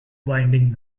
winding